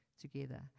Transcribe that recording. together